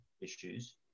issues